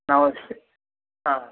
ನಾವು ಅಷ್ಟೇ ಹಾಂ